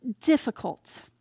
difficult